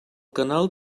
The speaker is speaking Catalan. canal